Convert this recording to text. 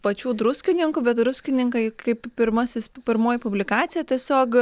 pačių druskininkų bet druskininkai kaip pirmasis pirmoji publikacija tiesiog